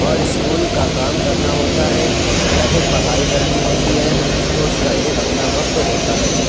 اور اسکول کا کام کرنا ہوتا ہے یا پھر پڑھائی کرنی ہوتی ہے تو اُس کو ایک اپنا وقت ہوتا ہے